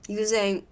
using